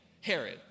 Herod